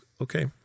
okay